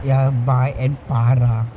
ya bai and farah